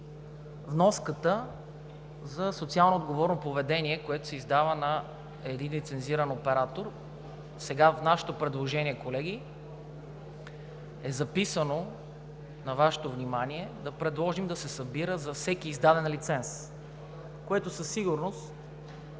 вноската за социално отговорно поведение, което се издава на един лицензиран оператор. Сега в нашето предложение, колеги, е записано на Вашето внимание да предложим да се събира за всеки издаден лиценз, което със сигурност